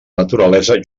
naturalesa